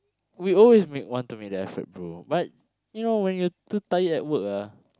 we always make want to make the effort bro but you know when you too tired at work ah